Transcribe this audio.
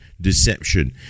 deception